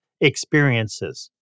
experiences